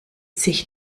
sich